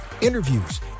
interviews